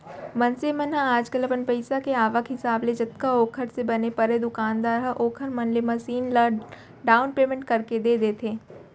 मनसे मन ह आजकल अपन पइसा के आवक हिसाब ले जतका ओखर से बन परय दुकानदार ह ओखर मन ले मसीन ल डाउन पैमेंट करके दे देथे